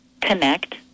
connect